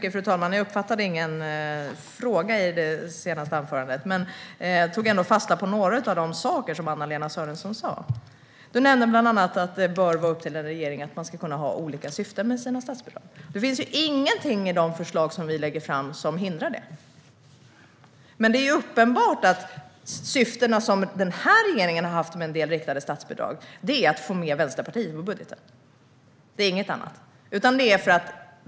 Fru talman! Jag uppfattade ingen fråga i den senaste repliken, men jag tog ändå fasta på några av de saker som du, Anna-Lena Sörenson, sa. Du nämnde bland annat att det bör vara upp till regeringen att ha olika syften med sina statsbidrag. Det finns ju inget i de förslag som vi lägger fram som hindrar detta. Men det är uppenbart att det syfte som regeringen har haft med en del statsbidrag har varit att få med Vänsterpartiet på budgeten, inget annat.